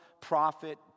prophet